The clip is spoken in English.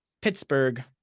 Pittsburgh